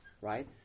right